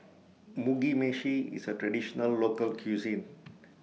Mugi Meshi IS A Traditional Local Cuisine